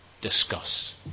Discuss